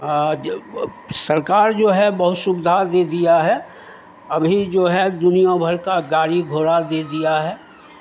सरकार जो है बहुत सुविधा दे दिया है अभी जो है दुनियाँ भर का गाड़ी घोड़ा दे दिया है